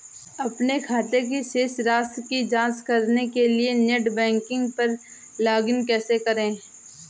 अपने खाते की शेष राशि की जांच करने के लिए नेट बैंकिंग पर लॉगइन कैसे करें?